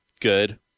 Good